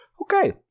Okay